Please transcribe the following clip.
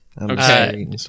Okay